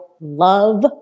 love